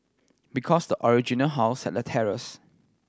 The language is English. because the original house had a terrace